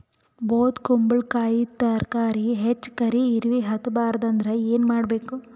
ಬೊದಕುಂಬಲಕಾಯಿ ತರಕಾರಿ ಹೆಚ್ಚ ಕರಿ ಇರವಿಹತ ಬಾರದು ಅಂದರ ಏನ ಮಾಡಬೇಕು?